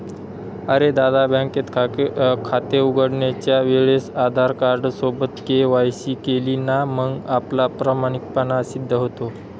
अरे दादा, बँकेत खाते उघडण्याच्या वेळेस आधार कार्ड सोबत के.वाय.सी केली ना मग आपला प्रामाणिकपणा सिद्ध होतो